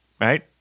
right